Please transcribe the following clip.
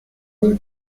milk